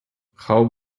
how